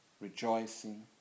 rejoicing